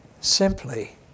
Simply